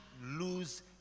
lose